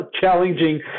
challenging